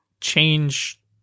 change